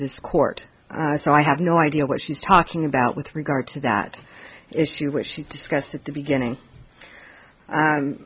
this court so i have no idea what she's talking about with regard to that issue which she discussed at the beginning